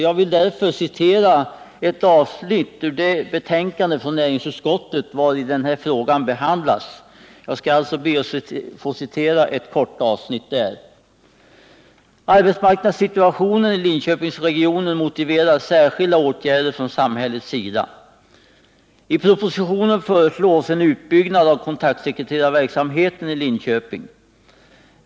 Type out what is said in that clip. Jag vill därför citera ett avsnitt ur näringsutskottets betänkande 1977/78:75, vari denna fråga behandlas: ”Arbetsmarknadssituationen i Linköpingsregionen motiverar särskilda åtgärder från samhällets sida. I propositionen föreslås en utbyggnad av kontaktsekreterarverksamheten i Linköping.